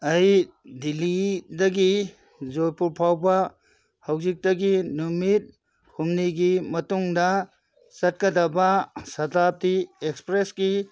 ꯑꯩ ꯗꯤꯜꯂꯤꯗꯒꯤ ꯖꯣꯏꯄꯨꯔ ꯐꯥꯎꯕ ꯍꯧꯖꯤꯛꯇꯒꯤ ꯅꯨꯃꯤꯠ ꯍꯨꯝꯅꯤꯒꯤ ꯃꯇꯨꯡꯗ ꯆꯠꯀꯗꯕ ꯁꯥꯗꯥꯞꯇꯤ ꯑꯦꯛꯁꯄ꯭ꯔꯦꯁꯀꯤ